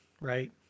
right